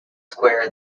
square